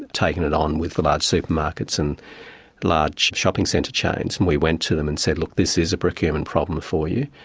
taken it on with the large supermarkets and large shopping centre chains and we went to them and said, look, this is a procurement problem for you,